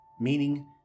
meaning